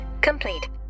complete